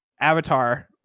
Avatar